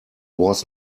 was